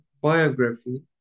biography